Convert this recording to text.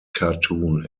cartoon